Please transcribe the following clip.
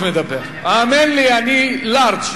האמן לי, אני לארג'.